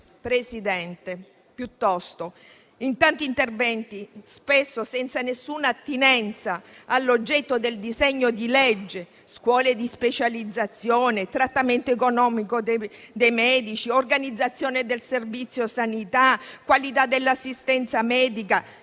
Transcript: Presidente, piuttosto tanti interventi, spesso senza nessuna attinenza all'oggetto del disegno di legge (scuole di specializzazione, trattamento economico dei medici, organizzazione del servizio sanitario, qualità dell'assistenza medica),